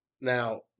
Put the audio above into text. now